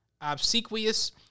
obsequious